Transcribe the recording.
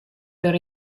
per